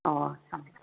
सम्यक्